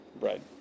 right